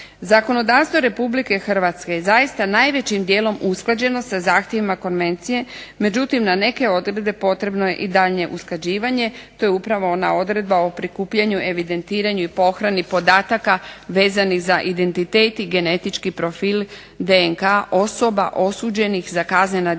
Zakonodavstvo RH je zaista najvećim dijelom usklađeno sa zahtjevima konvencije, međutim na neke odredbe potrebno je i daljnje usklađivanje. To je upravo ona odredba o prikupljanju, evidentiranju i pohrani podataka vezanih za identitet i genetički profil DNK osoba osuđenih za kaznena djela